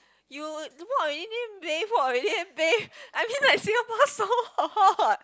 you walk already bathe walk already then bathe I mean like Singapore so hot